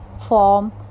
form